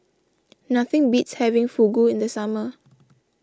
nothing beats having Fugu in the summer